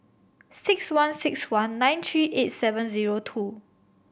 six one six one nine three eight seven zero two